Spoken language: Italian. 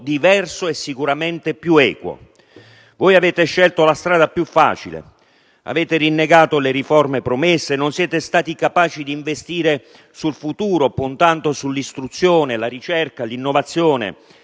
diverso e sicuramente più equo. Voi avete scelto la strada più facile: avete rinnegato le riforme promesse, non siete stati capaci di investire sul futuro puntando sull'istruzione e la ricerca, l'innovazione.